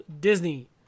Disney